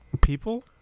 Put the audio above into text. people